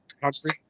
country